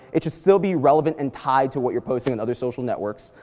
it should still be relevant and tied to what you're posting on other social networks,